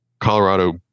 Colorado